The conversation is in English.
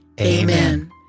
Amen